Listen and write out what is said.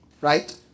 right